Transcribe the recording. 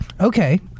Okay